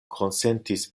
konsentis